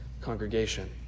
congregation